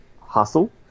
hustle